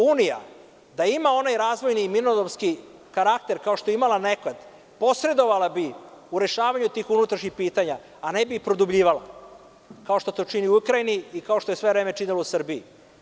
Unija, da ima onaj razvojni mirnodopski karakter kao što je imala nekad, posredovala bi u rešavanju tih unutrašnjih pitanja, a ne bi ih produbljivala, kao što to čini u Ukrajini i kao što je sve vreme činila u Srbiji.